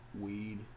weed